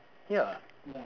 ya